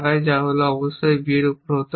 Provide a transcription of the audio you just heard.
যা হল একটি অবশ্যই b এর উপর হতে হবে